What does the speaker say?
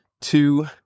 two